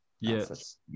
yes